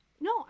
No